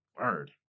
Word